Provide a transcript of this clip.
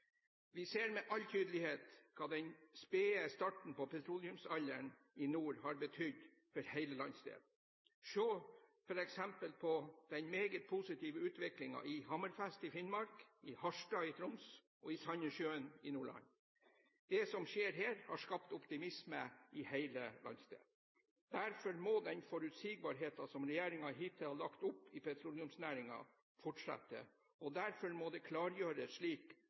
Vi ser med all tydelighet hva den spede starten på petroleumsalderen i nord har betydd for hele landsdelen. Se f.eks. på den meget positive utviklingen i Hammerfest i Finnmark, i Harstad i Troms og i Sandnessjøen i Nordland. Det som skjer her, har skapt optimisme i hele landsdelen. Derfor må den forutsigbarheten som regjeringen hittil har lagt opp til i petroleumsnæringen, fortsette, og derfor må det klargjøres, slik